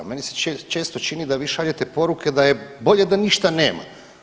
Meni se često čini da vi šaljete poruke da je bolje da ništa nema.